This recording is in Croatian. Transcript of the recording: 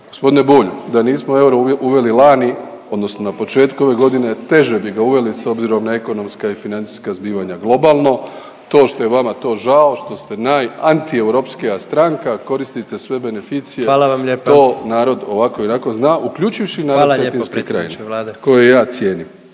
Gospodine Bulj, da nismo euro uveli lani odnosno na početku ove godine teže bi ga uveli s obzirom na ekonomska i financijska zbivanja globalno. To što je vama to žao, što ste najantieuropskija stranka koristite sve beneficije…/Upadica predsjednik: Hvala vam lijepa./…to narod ovako i onako zna uključujući i …/Upadica predsjednik: